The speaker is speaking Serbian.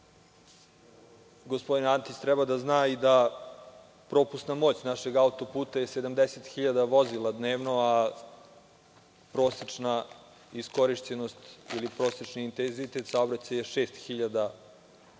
gospodin Antić treba da zna i da propusna moć našeg autoputa je 70.000 vozila dnevno, a prosečna iskorišćenost ili prosečni intenzitet saobraćaja je 6.000 vozila